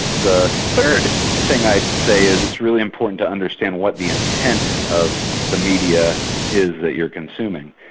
the third thing i'd say is it's really important to understand what the intent of the media is that you're consuming.